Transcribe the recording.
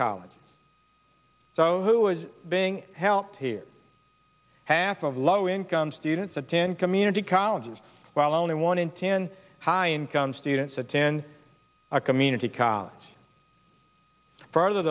college so who is being helped here half of low income students attend community college while only one in ten high income students attend a community college f